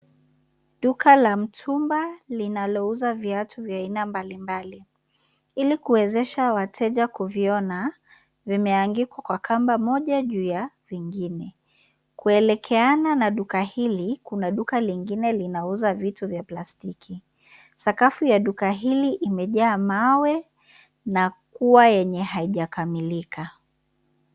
Duka la mtumba linalouza viatu vya aina mbalimbali, ili kuwezesha wateja kuviona, vimeangikwa kwa kamba moja juu ya, vingine, kuelekeana na duka hili kuna duka lingine linauza vitu vya plastiki, sakafu ya duka hili imejaa mawe, na, kuwa yenye haijakamilika.